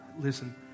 Listen